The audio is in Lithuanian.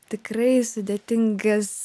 tikrai sudėtingas